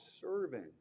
serving